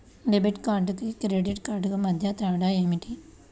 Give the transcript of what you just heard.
Debit కార్డుకు credit కార్డుకు మధ్య తేడా ఏమిటీ?